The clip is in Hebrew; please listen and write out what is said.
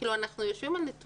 אנחנו כאילו יושבים על נתונים.